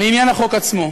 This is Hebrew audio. לעניין החוק עצמו,